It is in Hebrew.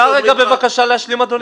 אפשר בבקשה להשלים אדוני?